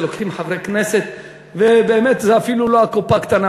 שלוקחים חברי כנסת ובאמת זה אפילו לא הקופה הקטנה,